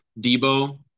Debo